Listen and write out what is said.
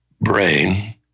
brain